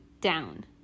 down